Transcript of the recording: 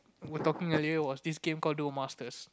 were talking earlier was this game called Dual-Masters